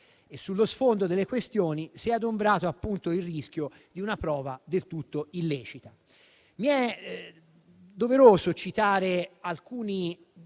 e sullo sfondo delle questioni si è adombrato il rischio di una prova del tutto illecita. È doveroso citare alcuni